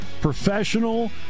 professional